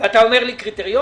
ואתה אומר לי קריטריונים?